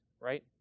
right